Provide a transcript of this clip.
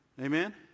Amen